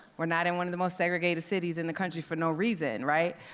we're not in one of the most segregated cities in the country for no reason, right?